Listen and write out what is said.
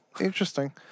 Interesting